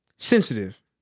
Sensitive